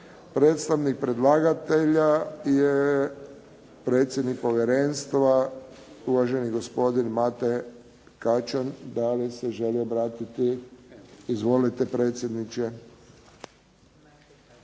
Predstavnik predlagatelja je predsjednik povjerenstva, uvaženi gospodin Mate Kačan. Da li se želi obratiti? Izvolite predsjedniče. **Kačan,